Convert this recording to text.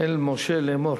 אל משה לאמר